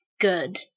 good